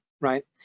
right